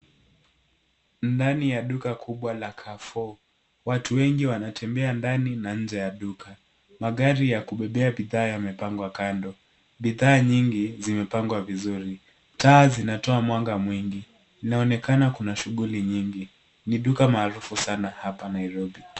Ndani ya duka kubwa la Carrefour. Watu wengi wanatembea ndani na nje ya duka. Magari ya kubebea bidhaa yamepangwa kando. Bidhaa nyingi zimepangwa vizuri. Taa zinatoa mwanga mwingi. Inaonekana kuna shughuli nyingi. Ni duka maafuru sana hapa Nairobi.